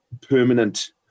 permanent